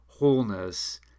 Wholeness